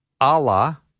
allah